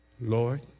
Lord